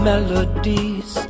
Melodies